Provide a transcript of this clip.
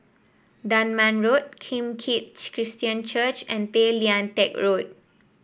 Dunman Road Kim Keat Christian Church and Tay Lian Teck Road